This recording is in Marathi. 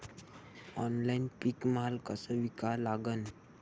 ऑनलाईन पीक माल कसा विका लागन?